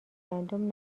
گندم